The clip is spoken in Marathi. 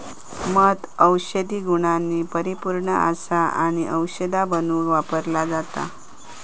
मध औषधी गुणांनी परिपुर्ण असा आणि औषधा बनवुक वापरलो जाता